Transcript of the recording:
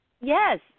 Yes